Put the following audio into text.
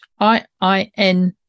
IIN